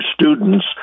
students